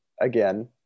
again